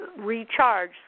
recharge